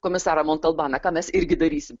komisarą mont albaną ką mes irgi darysim